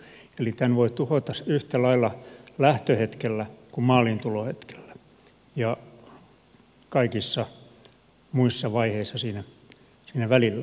eli tämän voi tuhota yhtä lailla lähtöhetkellä kuin maaliintulon hetkellä ja kaikissa muissa vaiheissa siinä välillä